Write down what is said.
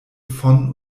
von